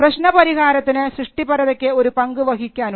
പ്രശ്നപരിഹാരത്തിന് സൃഷ്ടിപരതയ്ക്ക് ഒരു പങ്ക് വഹിക്കാനുണ്ട്